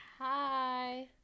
Hi